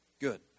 Good